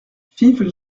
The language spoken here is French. fives